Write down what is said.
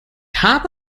habe